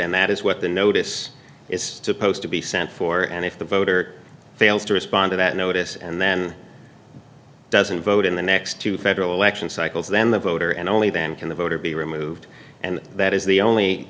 and that is what the notice is supposed to be sent for and if the voter fails to respond to that notice and then doesn't vote in the next two federal election cycles then the voter and only then can the voter be removed and that is the only